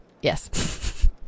Yes